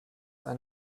ein